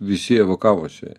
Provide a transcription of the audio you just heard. visi evakavosi